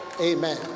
Amen